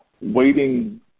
waiting